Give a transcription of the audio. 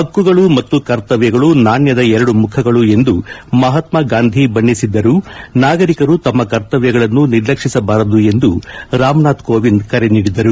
ಹಕ್ಕುಗಳು ಮತ್ತು ಕರ್ತವ್ಯಗಳು ನಾಣ್ಯದ ಎರಡು ಮುಖಗಳು ಎಂದು ಮಹಾತ್ಮ ಗಾಂಧಿ ಬಣ್ಣಿಸಿದ್ದರು ನಾಗರಿಕರು ತಮ್ಮ ಕರ್ತವ್ಯಗಳನ್ನು ನಿರ್ಲಕ್ಷಿಸಬಾರದು ಎಂದು ರಾಮನಾಥ್ ಕೋವಿಂದ್ ಕರೆ ನೀಡಿದರು